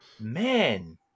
man